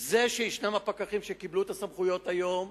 זה שיש הפקחים שקיבלו את הסמכויות היום,